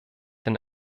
den